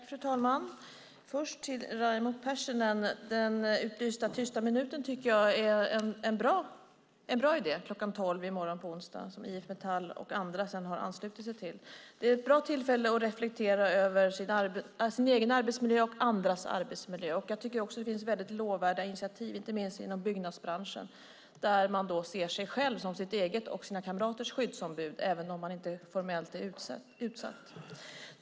Fru talman! Först vill jag säga till Raimo Pärssinen att jag tycker att den utlysta tysta minuten kl. 12 i morgon, onsdag, som IF Metall och andra har anslutit sig till är en bra idé. Det är ett bra tillfälle att reflektera över sin egen arbetsmiljö och andras. Jag tycker också att det finns väldigt lovvärda initiativ, inte minst inom byggnadsbranschen, där man ser sig själv som sitt eget och sina kamraters skyddsombud även om man inte är formellt utsedd.